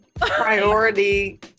priority